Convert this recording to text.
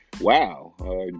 Wow